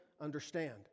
Understand